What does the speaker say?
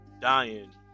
dying